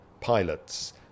pilots